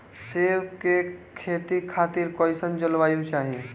सेब के खेती खातिर कइसन जलवायु चाही?